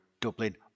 Dublin